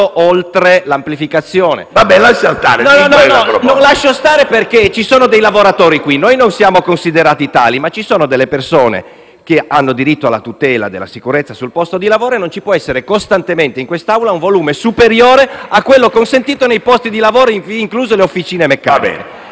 stare adesso. MALAN *(FI-BP)*. Non lascio stare, perché ci sono dei lavoratori qui. Noi non siamo considerati tali, ma ci sono delle persone che hanno diritto alla tutela della sicurezza sul posto di lavoro e non può esserci costantemente in quest'Aula un volume superiore a quello consentito nei posti di lavoro, incluse le officine meccaniche.